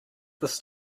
this